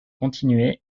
continuer